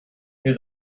his